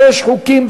שישה חוקים,